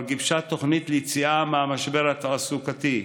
גיבשה תוכנית ליציאה מהמשבר התעסוקתי,